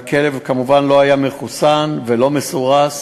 והכלב כמובן לא היה מחוסן ולא מסורס,